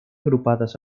agrupades